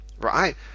right